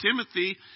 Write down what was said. Timothy